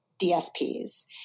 DSPs